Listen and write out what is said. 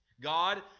God